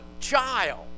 child